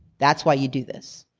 that's why you do this.